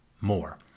more